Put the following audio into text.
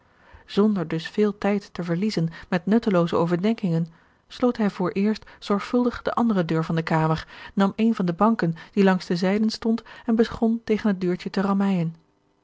zonder dus veel tijd te verliezen met nuttelooze overdenkingen sloot hij vooreerst zorgvuldig de andere deur van de kamer nam een van de george een ongeluksvogel banken die langs de zijden stonden en begon tegen het deurtje